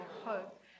hope